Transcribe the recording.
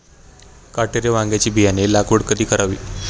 काटेरी वांग्याची बियाणे लागवड कधी करावी?